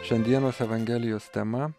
šiandienos evangelijos tema